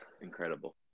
Incredible